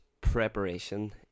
preparation